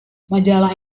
majalah